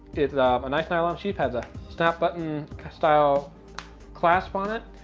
it's a nice nylon sheath, has a snap button style clasp on it.